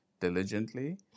diligently